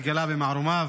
התגלה במערומיו.